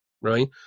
right